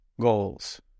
goals